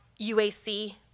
UAC